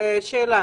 אמיר, שאלה,